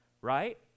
right